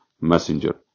messenger